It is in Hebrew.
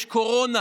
יש קורונה